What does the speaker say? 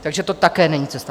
Takže to také není cesta.